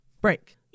break